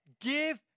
give